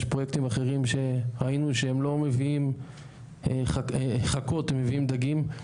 יש פרויקטים אחרים שראינו שהם לא מביאים חכות הם מביאים דגים,